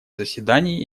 заседаний